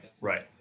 right